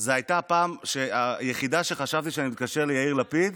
זו הייתה הפעם היחידה שחשבתי שאני מתקשר ליאיר לפיד,